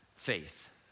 faith